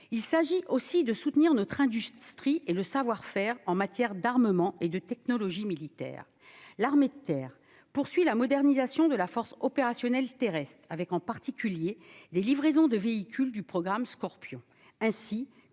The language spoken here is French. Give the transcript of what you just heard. Il s'agit aussi de soutenir notre industrie, et le savoir-faire français en matière d'armement et de technologie militaire. L'armée de terre poursuit la modernisation de la force opérationnelle terrestre (FOT), avec en particulier des livraisons de véhicules du programme Scorpion